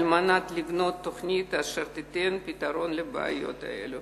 על מנת לבנות תוכנית אשר תיתן פתרון לבעיות האלה.